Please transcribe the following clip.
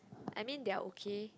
I mean they are okay